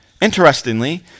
Interestingly